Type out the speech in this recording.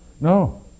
No